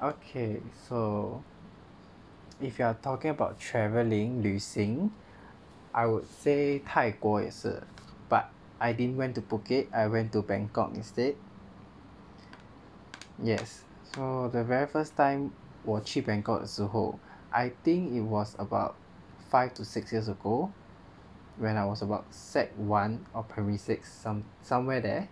okay so if you are talking about travelling 旅行 I would say 泰国也是 but I didn't went to phuket I went to bangkok instead yes so the very first time 我去 bangkok 的时候 I think it was about five to six years ago when I was about sec one or primary six some somewhere there